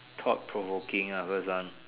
thought provoking ah first one